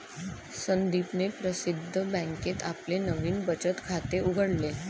संदीपने प्रसिद्ध बँकेत आपले नवीन बचत खाते उघडले